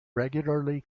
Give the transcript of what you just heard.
regularly